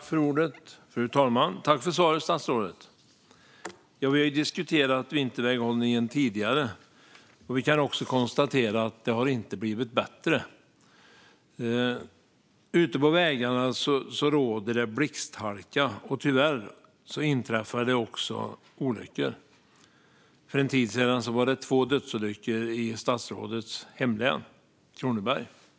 Fru talman! Jag tackar statsrådet för svaret. Vi har diskuterat vinterväghållningen tidigare, och vi kan konstatera att den inte blivit bättre. Ute på vägarna råder det blixthalka, och tyvärr inträffar det olyckor. För en tid sedan var det två dödsolyckor i statsrådets hemlän Kronoberg.